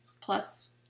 plus